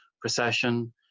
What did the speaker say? procession